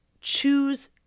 choose